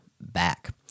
back